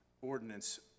ordinance